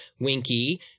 Winky